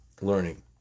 Learning